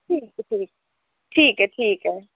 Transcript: ठीक ऐ ठीक ऐ ठीक ऐ ठीक ऐ